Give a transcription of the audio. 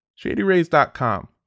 Shadyrays.com